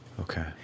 Okay